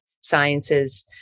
Sciences